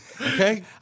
Okay